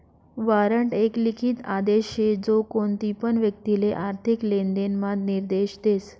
warrant एक लिखित आदेश शे जो कोणतीपण व्यक्तिले आर्थिक लेनदेण म्हा निर्देश देस